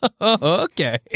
Okay